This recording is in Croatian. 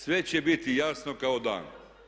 Sve će biti jasno kao dan.